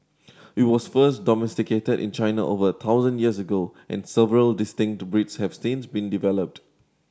it was first domesticated in China over a thousand years ago and several distinct breeds have since been developed